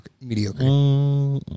mediocre